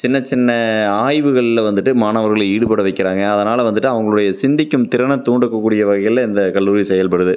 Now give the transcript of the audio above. சின்னச் சின்ன ஆய்வுகளில் வந்துவிட்டு மாணவர்களை ஈடுபட வைக்கிறாங்க அதனால் வந்துவிட்டு அவங்களுடைய சிந்திக்கும் திறனை தூண்டக்கூடிய வகையில் இந்த கல்லூரி செயல்படுது